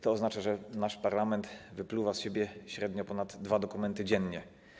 To oznacza, że nasz parlament wypluwa z siebie średnio ponad dwa dokumenty dziennie.